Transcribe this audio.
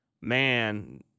man